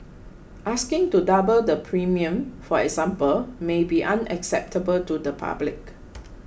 asking to double the premium for example may be unacceptable to the public